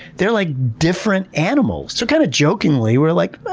they're like different animals! so kind of jokingly, we're like, oh,